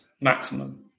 maximum